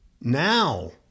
now